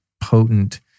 potent